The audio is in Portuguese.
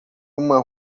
uma